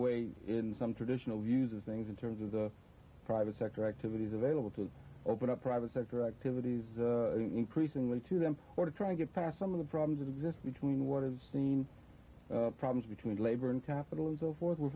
way in some traditional views of things in terms of the private sector activities available to open up private sector activities increasingly to them or to try to get past some of the problems that exist between what is seen the problems between labor and capital as the th we're